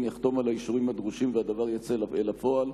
יחתום על האישורים הדרושים והדבר יצא אל הפועל.